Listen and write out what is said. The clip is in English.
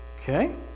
okay